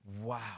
Wow